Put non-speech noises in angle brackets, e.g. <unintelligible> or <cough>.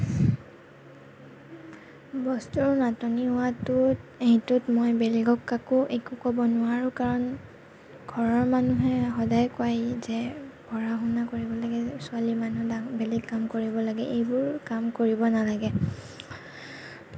বস্তুৰ নাটনি হোৱাটো সেইটোত মই বেলেগক কাকো একো ক'ব নোৱাৰো কাৰণ ঘৰৰ মানুহে সদায় কয় যে পঢ়া শুনা কৰিব লাগে ছোৱালী মানুহ <unintelligible> বেলেগ কাম কৰিব লাগে এইবোৰ কাম কৰিব নালাগে